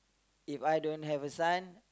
If I don't have a son